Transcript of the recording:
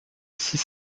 six